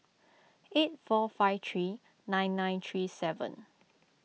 eight four five three nine nine three seven